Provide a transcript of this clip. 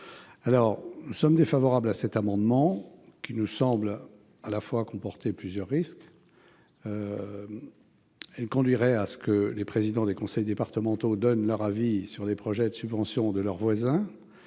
Nous y sommes défavorables, car ce dispositif nous semble comporter plusieurs risques. Cela conduirait à ce que les présidents des conseils départementaux donnent leur avis sur les projets de subventions de leurs voisins,